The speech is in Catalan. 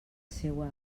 seua